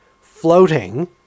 floating